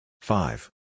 five